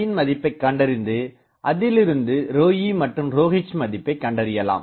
இன் மதிப்பை கண்டறிந்து அதிலிருந்து ρe மற்றும் ρh மதிப்பை கண்டறியலாம்